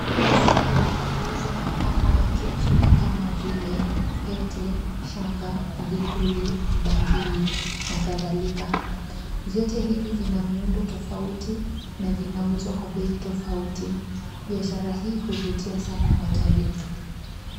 Hii ni soko la kuuza mapambo ya kiafrika kama vile pete, shanga, vipuli, bangili na kadhalika. Vyote hivi vina miundo tofauti na vinauzwa kwa bei tofauti. Biashara hii huvutia sana watalii.